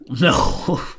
No